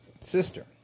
sister